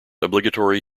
obligatory